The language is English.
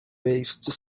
based